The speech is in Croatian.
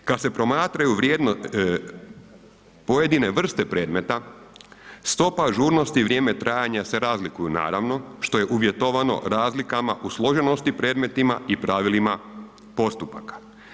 Kad se promatraju pojedine vrste predmeta, stopa ažurnosti i vrijeme trajanja se razliku naravno što je uvjetovano razlikama u složenosti predmetima i pravilima postupaka.